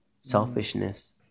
selfishness